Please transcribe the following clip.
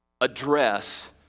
address